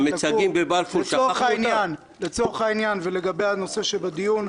לצורך העניין ולגבי נושא הדיון,